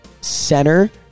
center